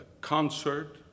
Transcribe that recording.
concert